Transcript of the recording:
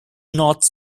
north